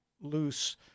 loose